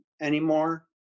anymore